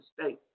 state